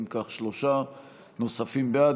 אם כך, שלושה נוספים בעד.